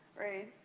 right?